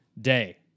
day